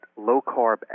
low-carb